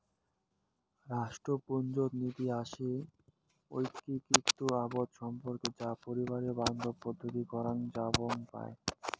রাষ্ট্রপুঞ্জত নীতি হসে ঐক্যিকৃত আবাদ সম্পর্কে যা পরিবেশ বান্ধব পদ্ধতিত করাং যাবার পায়